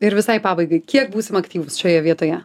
ir visai pabaigai kiek būsim aktyvūs šioje vietoje